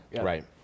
Right